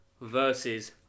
versus